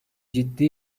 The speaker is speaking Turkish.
ciddi